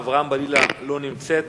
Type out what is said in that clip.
חברת הכנסת רוחמה אברהם-בלילא, לא נמצאת.